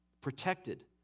protected